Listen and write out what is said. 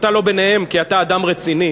אתה לא ביניהם כי אתה בן-אדם רציני,